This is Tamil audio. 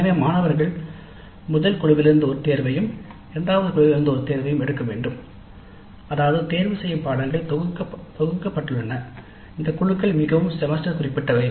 எனவே மாணவர்கள் முதல் குழுவிலிருந்து ஒரு தேர்வையும் இரண்டாவது குழுவிலிருந்து ஒரு தேர்வையும் எடுக்க வேண்டும் அதாவது தேர்தல்கள் தொகுக்கப்பட்டுள்ளன இந்த குழுக்கள் மிகவும் செமஸ்டர் குறிப்பிட்டவை